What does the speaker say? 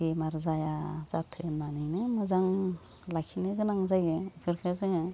बेमार जाया जाथो होननानैनो मोजां लाखिनो गोनां जायो इफोरखौ जोङो